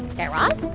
guy raz?